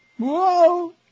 Whoa